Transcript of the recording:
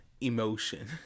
emotion